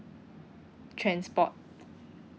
transport